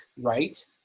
right